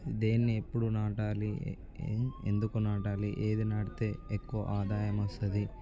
దేన్ని ఎప్పుడు నాటాలి ఏ ఎందుకు నాటాలి ఏది నాటితే ఎక్కువ ఆదాయమొస్తది